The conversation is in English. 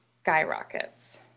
skyrockets